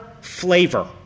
flavor